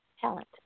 talent